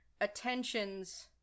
attentions